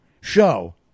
show